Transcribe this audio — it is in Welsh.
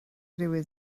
rywun